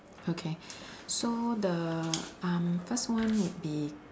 okay so the um first one would be